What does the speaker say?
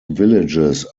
villages